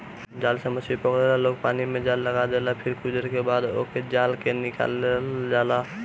जाल से मछरी पकड़ला में लोग पानी में जाल लगा देला फिर कुछ देर बाद ओ जाल के निकालल जाला